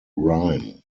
rhyme